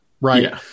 right